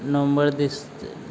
नवम्बर दिस च